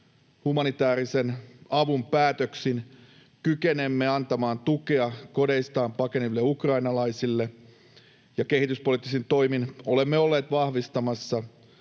Humanitäärisen avun päätöksin kykenemme antamaan tukea kodeistaan pakeneville ukrainalaisille, ja kehityspoliittisin toimin olemme olleet vahvistamassa